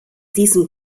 diesem